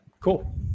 cool